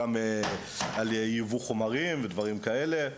כמו גם בייבוא חומרים ודברים כאלה,